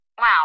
Wow